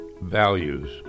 values